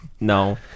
no